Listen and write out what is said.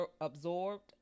absorbed